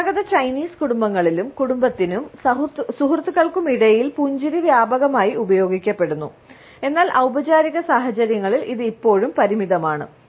പരമ്പരാഗത ചൈനീസ് കുടുംബങ്ങളിലും കുടുംബത്തിനും സുഹൃത്തുക്കൾക്കുമിടയിൽ പുഞ്ചിരി വ്യാപകമായി ഉപയോഗിക്കപ്പെടുന്നു എന്നാൽ ഔപചാരിക സാഹചര്യങ്ങളിൽ ഇത് ഇപ്പോഴും പരിമിതമാണ്